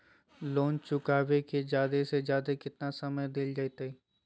Loan चुकाबे के जादे से जादे केतना समय डेल जयते?